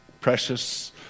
Precious